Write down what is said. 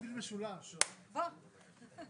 בשעה 16:15.